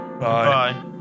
Bye